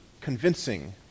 convincing